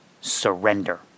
Surrender